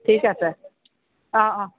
ঠিক আছে অ' অ'